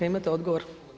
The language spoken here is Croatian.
Imate odgovor?